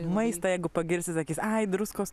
maistą jeigu pagirsi sakys ai druskos